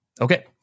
Okay